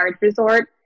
resort